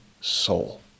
soul